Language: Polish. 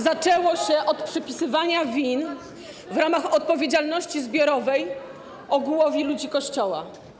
Zaczęło się od przypisywania win w ramach odpowiedzialności zbiorowej ogółowi ludzi Kościoła.